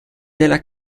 della